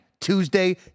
Tuesday